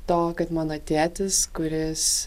to kad mano tėtis kuris